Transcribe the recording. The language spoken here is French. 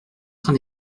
train